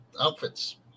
outfits